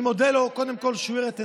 אני מודה לו, קודם כול, שהאיר את עיניי,